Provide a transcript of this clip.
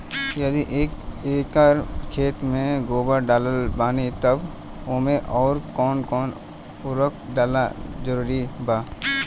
यदि एक एकर खेत मे गोबर डालत बानी तब ओमे आउर् कौन कौन उर्वरक डालल जरूरी बा?